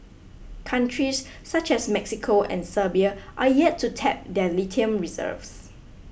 countries such as Mexico and Serbia are yet to tap their lithium reserves